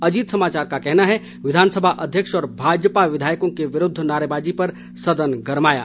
अजीत समाचार का कहना है विधानसभा अध्यक्ष व भाजपा विधायकों के विरूद्व नारेबाजी पर सदन गरमाया